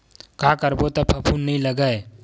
का करबो त फफूंद नहीं लगय?